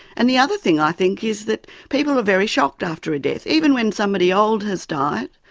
and the other thing i think is that people are very shocked after a death, even when somebody old has died,